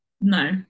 No